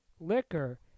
liquor